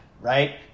right